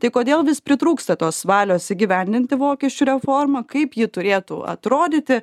tai kodėl vis pritrūksta tos valios įgyvendinti mokesčių reformą kaip ji turėtų atrodyti